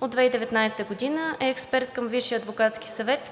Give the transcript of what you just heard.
От 2019 г. е експерт към Висшия адвокатски съвет,